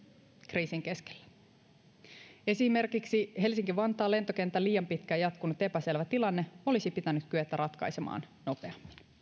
kriisin keskellä esimerkiksi helsinki vantaan lentokentän liian pitkään jatkunut epäselvä tilanne olisi pitänyt kyetä ratkaisemaan nopeammin